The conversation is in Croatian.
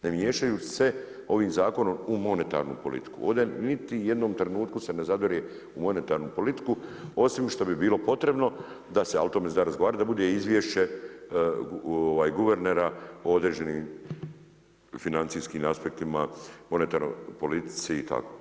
Ne miješajući se ovim zakonom u monetarnu politiku, ovdje u niti jednom trenutku se ne zadire u monetarnu politiku osim što bi bilo potrebno da se, a o tome se da razgovarat, da bude izvješće guvernera o određenim financijskim aspektima, monetarnoj politici i tako.